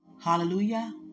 Hallelujah